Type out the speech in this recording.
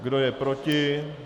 Kdo je proti?